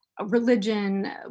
religion